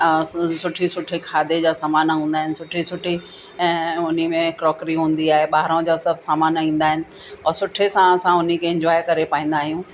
सुठे सुठे खाधे जा सामान हूंदा आहिनि सुठे सुठे ऐं उन्ही में क्रोकरी हूंदी आहे ॿाहिरां जा सभु सामान ईंदा आहिनि ऐं सुठे सां असां उन खे इंजॉय करे पाईंदा आहियूं